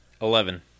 eleven